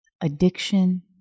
Addiction